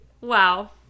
wow